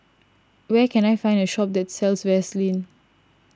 where can I find a shop that sells Vaselin